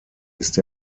ist